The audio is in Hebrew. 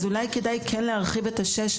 אולי כן כדאי להרחיב את ה-שש,